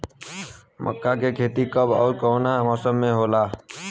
मका के खेती कब ओर कवना मौसम में होला?